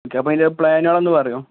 okay അപ്പോൾ അതിന്റെ പ്ലാനുകളൊന്ന് പറയാമോ